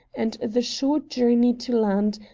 and the short journey to land,